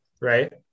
right